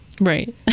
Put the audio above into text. Right